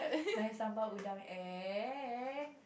my sambal-udang and